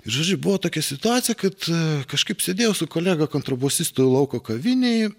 žodžiu buvo tokia situacija kad kažkaip sėdėjau su kolega kontrabosistu lauko kavinėj